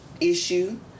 issue